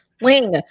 Wing